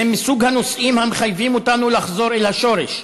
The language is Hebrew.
זה מסוג הנושאים המחייבים אותנו לחזור אל השורש.